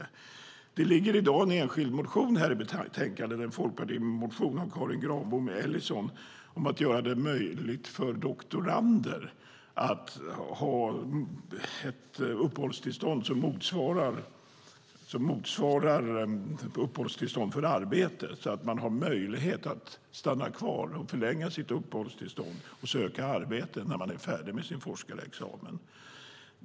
I det här betänkandet finns en enskild folkpartimotion av Karin Granbom Ellison, om att göra det möjligt för doktorander att ha ett uppehållstillstånd som motsvarar ett uppehållstillstånd för arbete så att man har möjlighet att stanna kvar och söka arbete när man är färdig med sin forskarexamen.